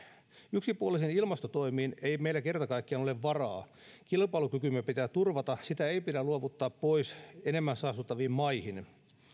yksipuolisiin ilmastotoimiin ei meillä kerta kaikkiaan ole varaa kilpailukykymme pitää turvata sitä ei pidä luovuttaa pois enemmän saastuttaviin maihin